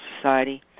Society